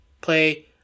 play